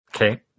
Okay